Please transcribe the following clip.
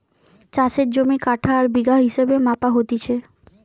চাষের জমি কাঠা আর বিঘা হিসেবে মাপা হতিছে